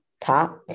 top